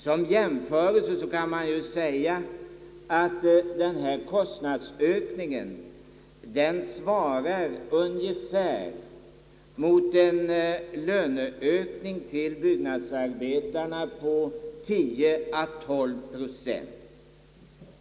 Såsom en jämförelse kan jag nämna, att denna kostnadsökning ungefär svarar mot en löneökning för byggnadsarbetarna på 10 å 12 procent.